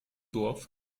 dorf